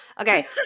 Okay